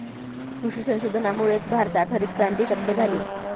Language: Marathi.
कृषी संशोधनामुळेच भारतात हरितक्रांती शक्य झाली